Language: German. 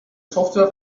software